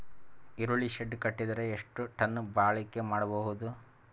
ಈರುಳ್ಳಿ ಶೆಡ್ ಕಟ್ಟಿದರ ಎಷ್ಟು ಟನ್ ಬಾಳಿಕೆ ಮಾಡಬಹುದು?